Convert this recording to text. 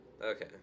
Okay